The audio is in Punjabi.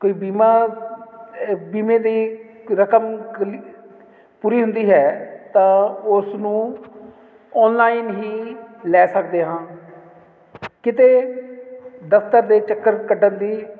ਕੋਈ ਬੀਮਾ ਬੀਮੇ ਦੀ ਰਕਮ ਪੂਰੀ ਹੁੰਦੀ ਹੈ ਤਾਂ ਉਸ ਨੂੰ ਆਨਲਾਈਨ ਹੀ ਲੈ ਸਕਦੇ ਹਾਂ ਕਿਤੇ ਦਫਤਰ ਦੇ ਚੱਕਰ ਕੱਢਣ ਦੀ